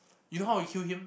you know how he kill him